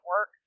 work